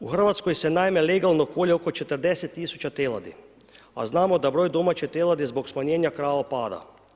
U Hrvatskoj se naime, legalno kolje oko 40000 teladi, a znamo da broj domaće teladi zbog smanjenja krava opada.